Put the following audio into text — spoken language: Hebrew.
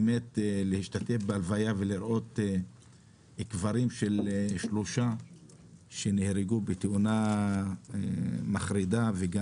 זה באמת נורא לראות קברים של שלושה שנהרגו בתאונה מחרידה ואת